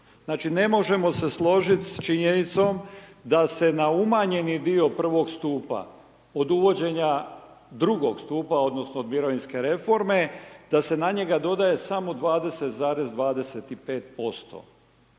Znači, ne možemo se složit s činjenicom da se na umanjeni dio I. stupa od uvođenje II. stupa, odnosno od mirovinske reforme, da se na njega dodaje samo 20,25%.